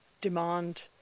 demand